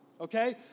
okay